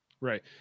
right